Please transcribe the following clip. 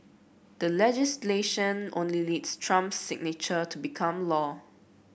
the legislation only needs Trump's signature to become law